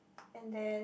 and then